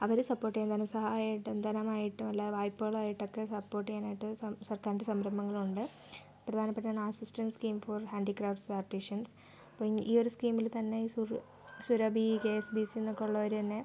അവരെ സപ്പോർട്ട് ചെയ്യാൻ ധനസഹായമായിട്ട് ധനമായിട്ടും അല്ലാതെ വായ്പ്പകളായിട്ടൊക്കെ സപ്പോർട്ട് ചെയ്യാനായിട്ട് സം സർക്കാരിൻ്റെ സംരംഭങ്ങളുണ്ട് പ്രധാനപ്പെട്ടതാണ് assistant scheme for handicrafts artisans അപ്പോൾ ഈ ഒരു സ്കീമിൽ തന്നെ സുരു സുരഭി കെ എസ് ബി സിയിൽ നിന്നൊക്കെ ഉള്ളവർ തന്നെ